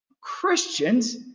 Christians